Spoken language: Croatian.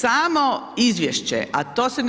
Samo izvješće, a to se